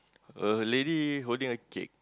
a lady holding a cake